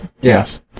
Yes